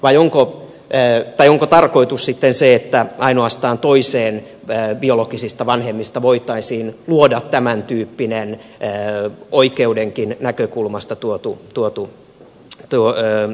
tai onko tarkoitus sitten se että ainoastaan toiseen biologisista vanhemmista voitaisiin luoda tämäntyyppinen oikeudenkin näkökulmasta tuotu oikeus